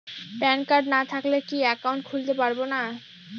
Pan card না থাকলে কি একাউন্ট খুলতে পারবো না?